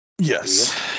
yes